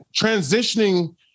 transitioning